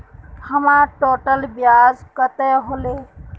हमर टोटल ब्याज कते होले?